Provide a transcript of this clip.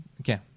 Okay